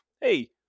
hey